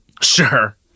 sure